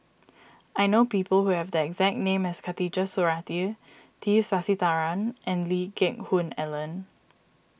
I know people who have the exact name as Khatijah Surattee T Sasitharan and Lee Geck Hoon Ellen